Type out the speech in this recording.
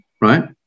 right